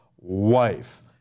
wife